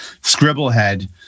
Scribblehead